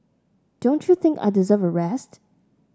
don't you think I deserve a rest